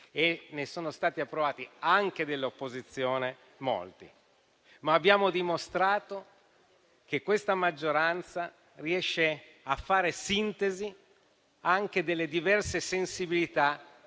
e ne sono stati approvati molti, anche dell'opposizione. Abbiamo inoltre dimostrato che questa maggioranza riesce a fare sintesi anche delle diverse sensibilità